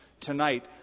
tonight